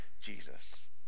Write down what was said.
Jesus